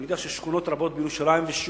ואני יודע ששכונות רבות בירושלים ושירותים